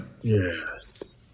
Yes